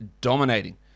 dominating